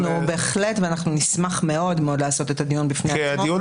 בהחלט, ואנחנו נשמח מאוד לעשות דיון בפני עצמו.